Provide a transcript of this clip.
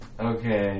Okay